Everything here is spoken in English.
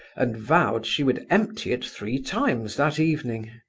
and vowed she would empty it three times that evening.